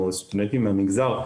או סטודנטים מהמגזר,